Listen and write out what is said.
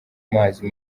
amazi